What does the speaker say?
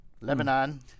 Lebanon